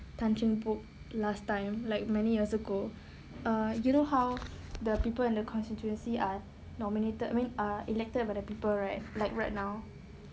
tan cheng bock last time like many years ago uh you know how the people in the constituency are nominated when are elected by the people right like right now